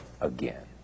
again